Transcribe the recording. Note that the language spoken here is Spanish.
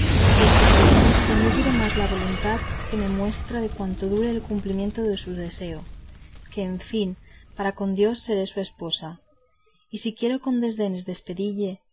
puesto que en éste no dure más la voluntad que me muestra de cuanto dure el cumplimiento de su deseo que en fin para con dios seré su esposa y si quiero con desdenes despedille en